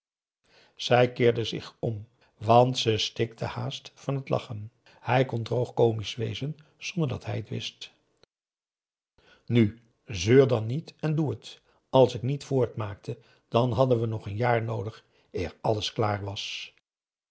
zij keerde zich om want ze stikte haast van t lachen hij kon droog komisch wezen zonder dat hij t zelf wist nu seur dan niet en doe het als ik niet voortmaakte dan hadden we een jaar noodig eer alles klaar was